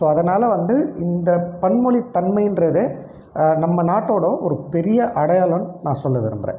so அதனால் வந்து இந்த பன்மொழி தன்மைங்றதே நம்ம நாட்டோடய ஒரு பெரிய அடையாளம் நான் சொல்ல விரும்புகிறேன்